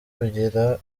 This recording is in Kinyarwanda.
kugira